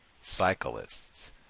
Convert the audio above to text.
cyclists